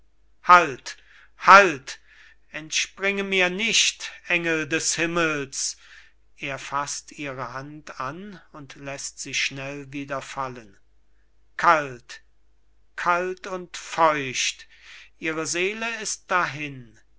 halt halt entspringe mir nicht engel des himmels er faßt ihre hand an und läßt sie schnell wie fallen kalt kalt und feucht ihre seele ist dahin